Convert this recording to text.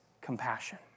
compassion